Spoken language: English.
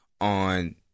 on